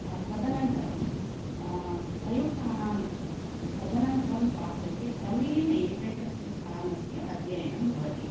तदनन्तरं प्रयुक्तानां इत् तदनन्तरं प्राप्यते क्रमेण एकैकस्य स्थानस्य अध्ययनं भवति